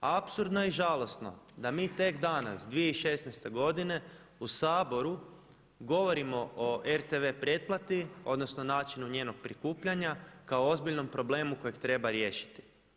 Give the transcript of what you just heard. Apsurdno i žalosno je da mi tek danas 2016. godine u Saboru govorimo o RTV pretplati odnosno o načinu njenog prikupljanja kao o ozbiljnom problemu kojeg treba riješiti.